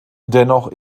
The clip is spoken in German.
dennoch